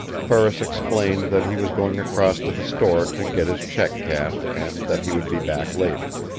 ferris explained that he was going across to the store to get his check cashed and that he would be back later.